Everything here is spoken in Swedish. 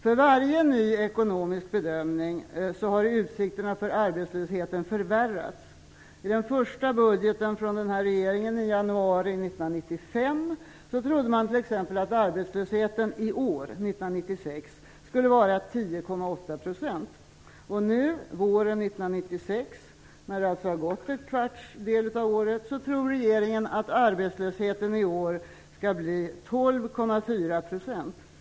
Vid varje ny ekonomisk bedömning har utsikterna för arbetslösheten förvärrats. I den första budgeten från den här regeringen i januari 1995 trodde man t.ex. att arbetslösheten i år, 1996, skulle vara 10,8 %. Nu, våren 1996, när det alltså har gått en kvarts del av året tror regeringen att arbetslösheten i år skall bli 12,4 %.